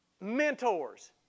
mentors